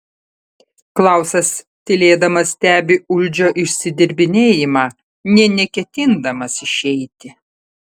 klausas tylėdamas stebi uldžio išsidirbinėjimą nė neketindamas išeiti